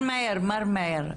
מר מאיר, מר מאיר.